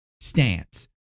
stance